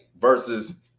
versus